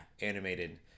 animated